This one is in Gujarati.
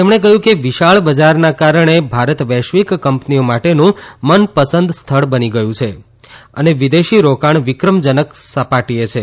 તેમણે કહ્યું કે વિશાળ બજારના કારણે ભારત વૈશ્વિક કંપનીઓ માટેનું મનપસંદ સ્થળ બની ગયું છે ને વિદેશી રાકાણ વિક્રમજનક સપાટીએ છે